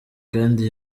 kandi